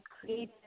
created